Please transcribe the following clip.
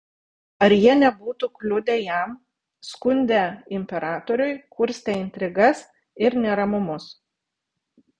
ar jie nebūtų kliudę jam skundę imperatoriui kurstę intrigas ir neramumus